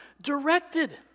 directed